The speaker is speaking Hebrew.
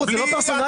זה לא פרסונלי,